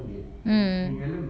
mm